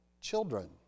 children